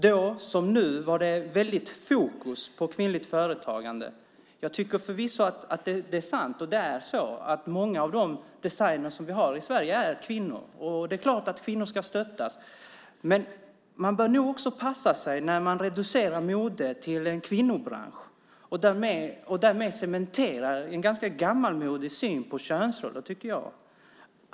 Då som nu var det väldigt fokus på kvinnligt företagande. Jag vet förvisso att det är sant att många av de designer som vi har i Sverige är kvinnor. Det är klart att kvinnor ska stöttas. Men man bör nog passa sig för att reducera modet till en kvinnobransch. Därmed cementerar man en ganska gammalmodig syn på könsroller, tycker jag.